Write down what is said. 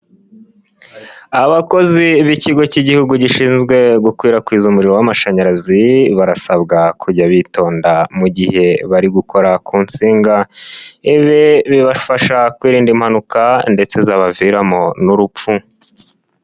Abakozi b'ikigo cy'igihugu gishinzwe gukwirakwiza umuriro w'amashanyarazi, barasabwa kujya bitonda mu gihe bari gukora ku nsinga. Ibi bibafasha kwirinda impanuka ndetse zabaviramo n'urupfu.